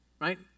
Right